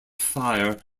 fire